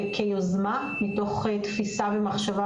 מתוך תפיסה ומחשבה